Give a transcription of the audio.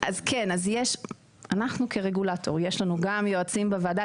אנחנו כרגולטור, יש לנו יועצים בוועדה.